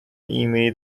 ایمنی